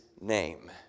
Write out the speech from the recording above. name